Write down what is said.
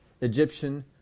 Egyptian